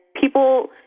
people